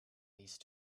these